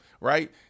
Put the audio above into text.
Right